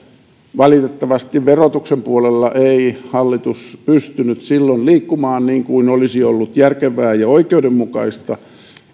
valitettavasti verotuksen puolella ei hallitus pystynyt silloin liikkumaan niin kuin olisi ollut järkevää ja oikeudenmukaista